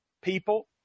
people